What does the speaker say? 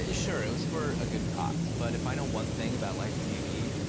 ah sure, it was for a good cause. but if i know one thing about live tv,